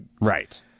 right